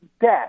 death